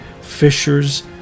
fishers